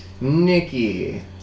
Nikki